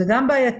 זה גם בעייתי,